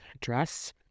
dress